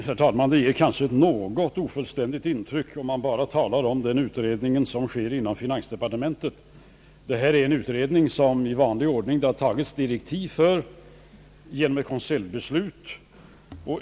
Herr talman! Det ger kanske ett något ofullständigt intryck att bara tala om en utredning som pågår inom finansdepartementet. Detta är en utredning för vilken det i vanlig ordning har utfärdats direktiv genom ett konseljbeslut.